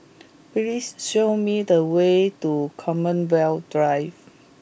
please show me the way to Commonwealth Drive